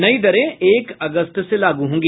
नई दरें एक अगस्त से लागू होंगी